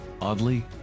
Oddly